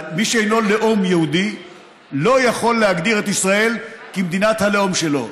מי שאינו לאום יהודי לא יכול להגדיר את ישראל כמדינת הלאום שלו.